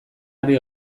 ari